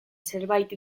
zerbait